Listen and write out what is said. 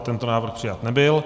Tento návrh přijat nebyl.